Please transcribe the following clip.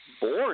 boring